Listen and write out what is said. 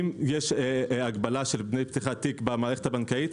אם יש הגבלה של דמי פתיחת תיק במערכת הבנקאית,